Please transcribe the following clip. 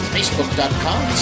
Facebook.com